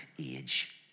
age